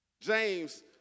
James